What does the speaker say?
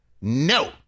No